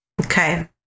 okay